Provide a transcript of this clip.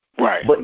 Right